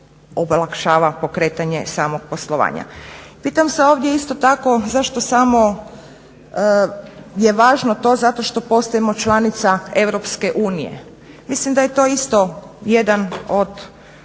olakšava pokretanje samog poslovanja. Pitam se ovdje isto tako zašto samo je važno to zato što postajemo članica EU. Mislim da je to isto jedan od